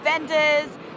vendors